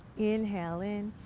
inhale in,